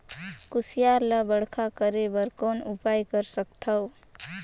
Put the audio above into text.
कुसियार ल बड़खा करे बर कौन उपाय कर सकथव?